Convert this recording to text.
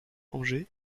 angers